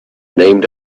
named